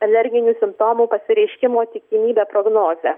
alerginių simptomų pasireiškimo tikimybę prognozę